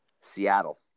Seattle